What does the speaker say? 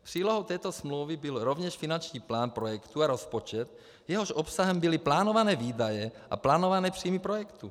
Přílohou této smlouvy byl rovněž finanční plán projektu a rozpočet, jehož obsahem byly plánované výdaje a plánované příjmy projektu.